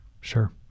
Sure